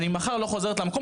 אני מחר לא חוזרת למקום",